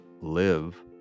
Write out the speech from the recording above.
live